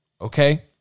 okay